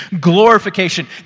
glorification